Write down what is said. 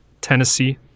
Tennessee